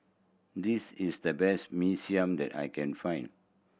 this is the best Mee Siam that I can find